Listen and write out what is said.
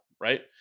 right